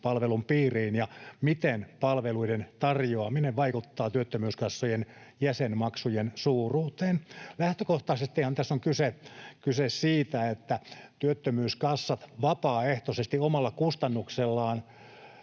palvelun piiriin ja miten palveluiden tarjoaminen vaikuttaa työttömyyskassojen jäsenmaksujen suuruuteen. Lähtökohtaisestihan tässä on kyse siitä, että työttömyyskassat vapaaehtoisesti omalla kustannuksellaan